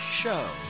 show